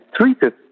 treated